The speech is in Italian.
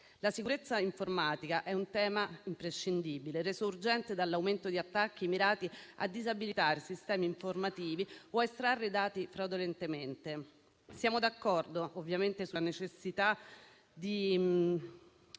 La sicurezza informatica è un tema imprescindibile, reso urgente dall'aumento di attacchi mirati a disabilitare sistemi informativi o a estrarre dati fraudolentemente. Siamo d'accordo, ovviamente, sulla necessità di